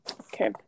Okay